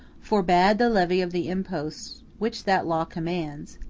forbade the levy of the imposts which that law commands,